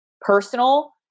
personal